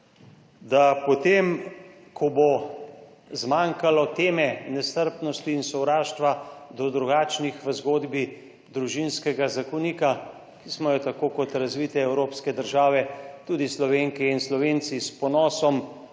da potem, ko bo zmanjkalo teme nestrpnosti in sovraštva do drugačnih v zgodbi Družinskega zakonika, ki smo jo tako kot razvite evropske države tudi Slovenke in Slovenci s ponosom